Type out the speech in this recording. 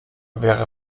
wäre